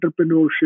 entrepreneurship